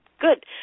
Good